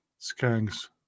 Skanks